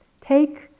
Take